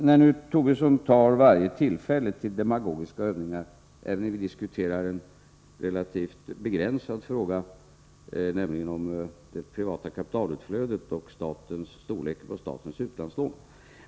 Lars Tobisson tar varje tillfälle i akt att bedriva demagogiska övningar — även när vi diskuterar en relativt begränsad fråga, nämligen det privata kapitalutflödet och storleken på statens utlandslån.